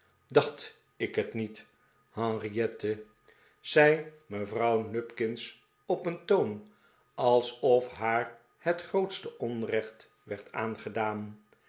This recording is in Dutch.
dacht ik het niet henriette zei mede pickwick club vrouw nupkins op een toon alsof haar het grootste onrecht werd aangedaan